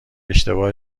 اشتباه